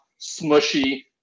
smushy